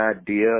idea